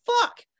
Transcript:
fuck